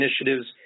initiatives